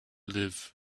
live